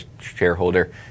shareholder